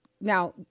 now